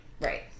right